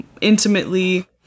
intimately